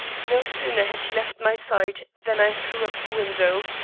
no sooner had he left my side than i threw up the window.